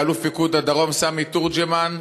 באלוף פיקוד הדרום סמי תורג'מן,